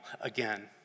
again